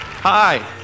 Hi